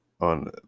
on